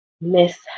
Miss